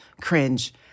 cringe